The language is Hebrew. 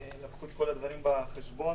לקחו את כל הדברים בחשבון.